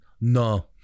No